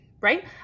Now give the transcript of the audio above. right